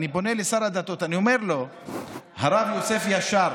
אני פונה לשר הדתות ואני אומר לו שהרב יוסף ישר,